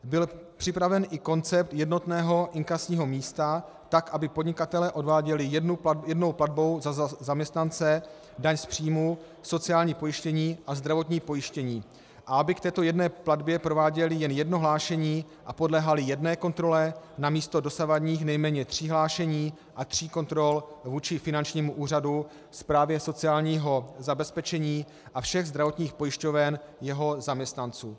Byl připraven i koncept jednotného inkasního místa tak, aby podnikatelé odváděli jednou platbou za zaměstnance daň z příjmu, sociální pojištění a zdravotní pojištění a aby k této jedné platbě prováděli jen jedno hlášení a podléhali jedné kontrole namísto dosavadních nejméně tří hlášení a tří kontrol vůči finančnímu úřadu, správě sociálního zabezpečení a všem zdravotním pojišťovnám jeho zaměstnanců.